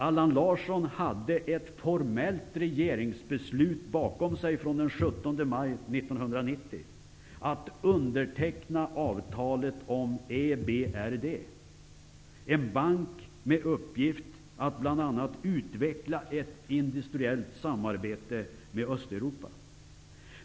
Allan Larsson hade ett formellt regeringsbeslut bakom sig, från den 17 maj 1990, att underteckna avtalet om EBRD, en bank med uppgift att bl.a. utveckla ett industriellt samarbete med Östeuropa.